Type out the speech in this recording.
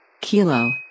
Kilo